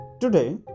Today